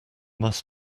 must